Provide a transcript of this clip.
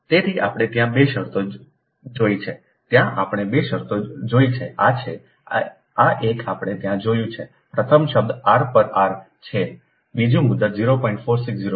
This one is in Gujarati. તેથી આપણે ત્યાં 2 શરતો જોઇ છે ત્યાં આપણે 2 શરતો જોઇ છે જે આ છેઆ એક આપણે ત્યાં જોયું છે પ્રથમ શબ્દ r પર r છે બીજી મુદત 0